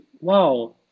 wow